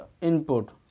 input